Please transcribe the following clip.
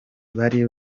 bari